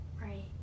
Right